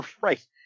Right